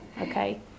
okay